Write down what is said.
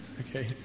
okay